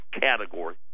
category